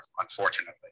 unfortunately